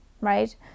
right